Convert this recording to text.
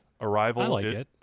Arrival